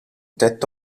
tetto